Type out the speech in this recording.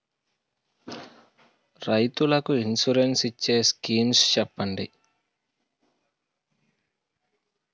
రైతులు కి ఇన్సురెన్స్ ఇచ్చే స్కీమ్స్ చెప్పండి?